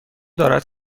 دارد